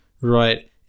right